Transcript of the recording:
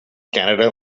canada